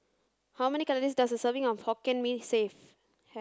how many calories does a serving of Hokkien Mee save